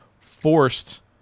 forced